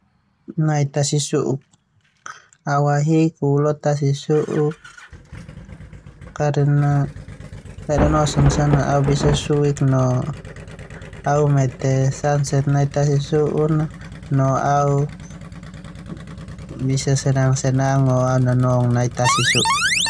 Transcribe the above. Panattai, au ahik u lo tasi su'uk kaena ledonoson so na au nisa suik oe no mete ledotenak nai tasi su'uk a no au nonongnga.